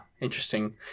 interesting